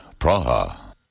Praha